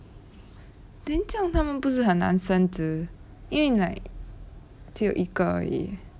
then 这样他们不是很难升职因为 like 只有一个而已